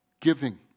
Giving